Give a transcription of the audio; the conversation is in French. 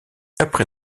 après